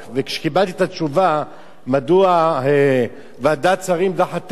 כשקיבלתי את התשובה מדוע ועדת שרים דחתה,